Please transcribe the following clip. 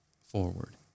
forward